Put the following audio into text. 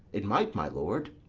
it might, my lord.